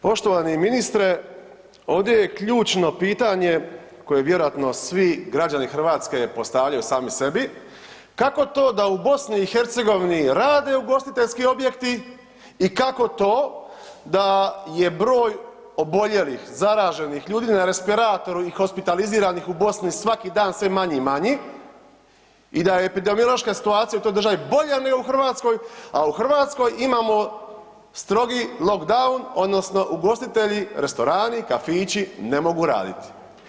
Poštovani ministre, ovdje je ključno pitanje koje vjerojatno svi građani Hrvatske postavljaju sami sebi, kako to da u BiH rade ugostiteljski objekti i kako to da je broj oboljelih, zaraženih ljudi na respiratoru i hospitaliziranih u Bosni sve manji i manji, i da je epidemiološka situacija u toj državi bolja nego u Hrvatskoj, a u Hrvatskoj imamo strogi lockdown, odnosno ugostitelji, restorani, kafići, ne mogu raditi.